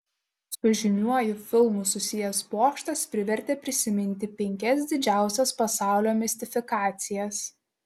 su žymiuoju filmu susijęs pokštas privertė prisiminti penkias didžiausias pasaulio mistifikacijas